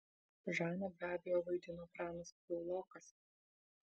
žaną be abejo vaidino pranas piaulokas